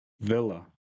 Villa